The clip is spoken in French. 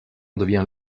devient